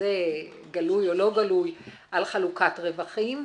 כזה גלוי או לא גלוי על חלוקת רווחים,